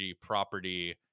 property